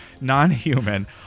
Non-human